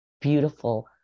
beautiful